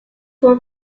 were